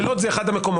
כשלוד זה אחד המקומות.